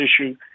issue